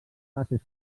fases